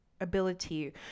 ability